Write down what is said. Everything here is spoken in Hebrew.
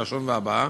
לשון והבעה,